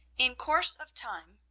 in course of time,